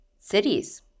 cities